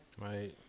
Right